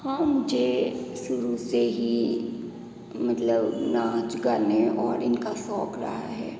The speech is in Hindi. हाँ मुझे शुरू से ही मतलब नाच गाने और इनका शौक रहा है